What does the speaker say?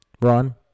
Ron